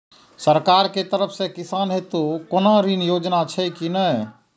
सरकार के तरफ से किसान हेतू कोना ऋण योजना छै कि नहिं?